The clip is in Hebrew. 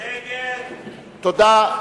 תודה.